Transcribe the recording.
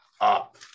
up